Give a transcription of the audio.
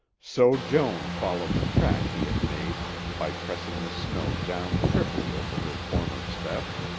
so joan followed the track he had made by pressing the snow down triply over her former steps.